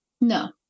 No